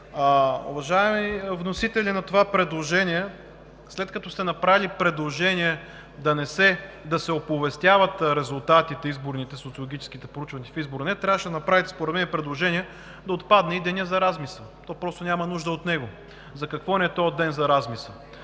Уважаеми вносители на това предложение, след като сте направили предложение да се оповестяват резултатите от изборите и социологическите проучвания в изборния ден, трябваше да направите според мен и предложение да отпадне и денят за размисъл. То просто няма нужда от него. За какво ни е този ден за размисъл?